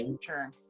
sure